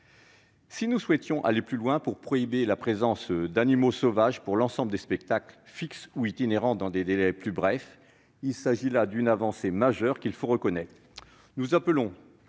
nous souhaitions aller plus loin et prohiber la présence d'animaux sauvages dans l'ensemble des spectacles, fixes ou itinérants, et ce dans des délais plus brefs, mais il s'agit déjà d'une avancée majeure, qu'il faut reconnaître. Nous appelons